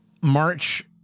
March